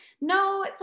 No